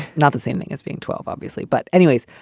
not the same thing as being twelve, obviously. but anyways,